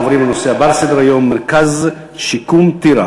אנחנו עוברים לנושא הבא על סדר-היום: מרכז שיקום טירה,